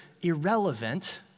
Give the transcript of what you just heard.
irrelevant